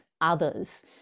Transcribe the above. others